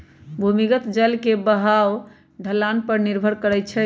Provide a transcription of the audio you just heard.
भूमिगत जल के बहाव ढलान पर निर्भर करई छई